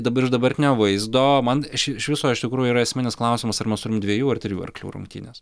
dabar iš dabartinio vaizdo man ši iš viso iš tikrųjų yra esminis klausimas ar mes turim dviejų ar trijų arklių rungtynes